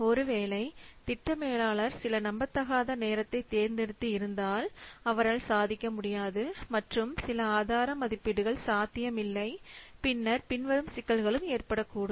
ஒருவேளை திட்ட மேலாளர் சில நம்பத்தகாத நேரத்தை தேர்ந்தெடுத்து இருந்தால் அவரால் சாதிக்க முடியாது மற்றும் சில ஆதார மதிப்பீடுகள் சாத்தியமில்லை பின்னர் பின்வரும் சிக்கல்களும் ஏற்படக்கூடும்